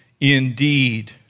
indeed